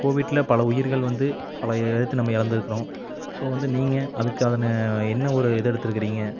கோவிட்ல பல உயிர்கள் வந்து பல எழுத்து நம்ம இழந்துருக்குறோம் ஸோ வந்து நீங்கள் அதுக்கு அதனை என்ன ஒரு இது எடுத்துருக்குறீங்க